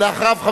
ואחריו,